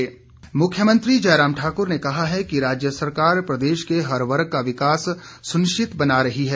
मुख्यमंत्री मुख्यमंत्री जयराम ठाकुर ने कहा है कि राज्य सरकार प्रदेश के हर वर्ग का विकास सुनिश्चित बना रही है